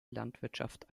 landwirtschaft